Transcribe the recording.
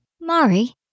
Mari